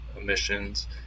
emissions